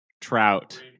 trout